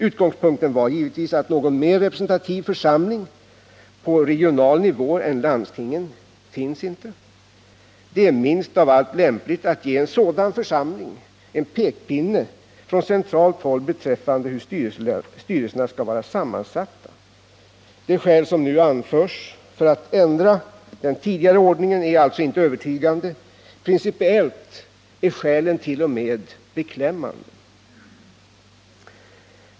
Utgångspunkten var givetvis att någon mer representativ församling på regional nivå än landstingen finns inte. Det är minst av allt lämpligt att ge en sådan församling en pekpinne från centralt håll beträffande hur styrelserna skall vara sammansatta. De skäl som nu anförs för att ändra den tidigare ordningen är alltså inte övertygande — principiellt är skälen t.o.m. beklämmande.